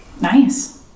Nice